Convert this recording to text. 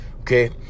okay